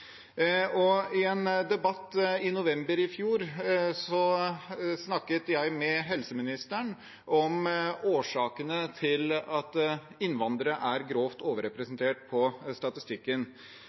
I en debatt i november i fjor snakket jeg med helseministeren om årsakene til at innvandrere er grovt overrepresentert på statistikken.